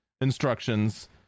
instructions